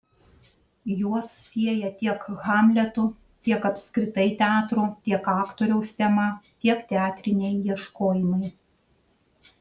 juos sieja tiek hamleto tiek apskritai teatro tiek aktoriaus tema tiek teatriniai ieškojimai